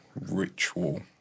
ritual